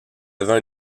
avait